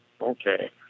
Okay